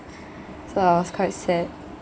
so I was quite sad